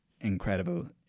incredible